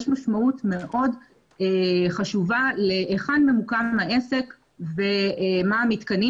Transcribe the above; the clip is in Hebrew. יש משמעות מאוד חשובה להיכן ממוקם העסק ומה המיתקנים